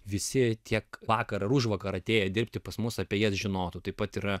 visi tiek vakar užvakar atėję dirbti pas mus apie jas žinotų taip pat yra